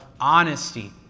honesty